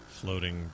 floating